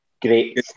Great